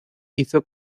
hizo